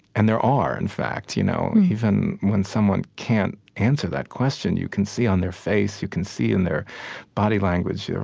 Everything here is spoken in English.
and there are, in fact. you know even when someone can't answer that question, you can see on their face, you can see in their body language.